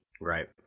Right